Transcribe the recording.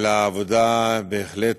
אלא בהחלט